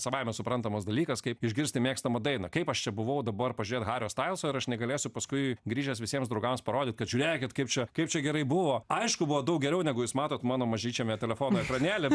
savaime suprantamas dalykas kaip išgirsti mėgstamą dainą kaip aš čia buvau dabar pažiūrėt hario stailso ir aš negalėsiu paskui grįžęs visiems draugams parodyt kad žiūrėkit kaip čia kaip čia gerai buvo aišku buvo daug geriau negu jūs matot mano mažyčiame telefono ekranėly